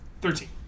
Thirteen